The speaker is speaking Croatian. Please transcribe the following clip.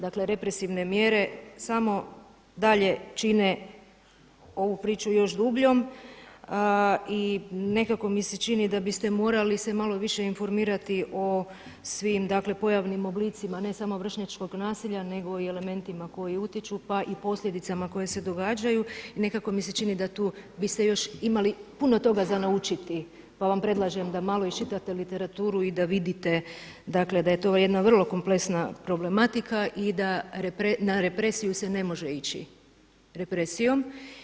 Dakle represivne mjere samo dalje čine ovu priču još dubljom i nekako mi se čini da biste morali se malo više informirati o svim pojavnim oblicima, ne samo vršnjačkog nasilja nego i elementima koji utječu pa i posljedicama koje se događaju i nekako mi se čini da tu biste još imali puno toga za naučiti, pa vam predlažem da malo iščitate literaturu i da vidite da je to jedna vrlo kompleksna problematika i da na represiju se ne može ići represijom.